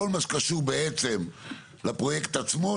כל מה שקשור בעצם לפרויקט עצמו,